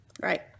Right